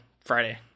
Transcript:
Friday